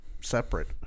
separate